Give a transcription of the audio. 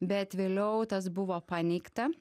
bet vėliau tas buvo paneigta